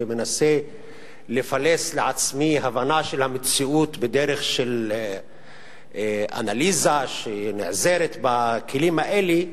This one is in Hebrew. ומנסה לפלס לעצמי הבנה של המציאות בדרך של אנליזה שנעזרת בכלים האלה,